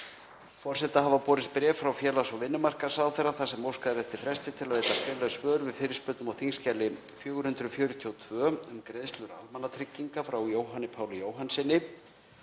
Forseta hafa borist bréf frá félags- og vinnumarkaðsráðherra þar sem óskað er eftir fresti til að veita skrifleg svör við fyrirspurnum á þskj. 442, um greiðslur almannatrygginga, frá Jóhanni Páli Jóhannssyni,